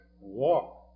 walk